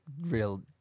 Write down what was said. real